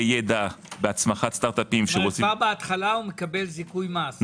ידע- -- כלומר כבר בהתחלה מקבל זיכוי מס.